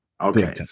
okay